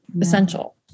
essential